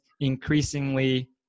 increasingly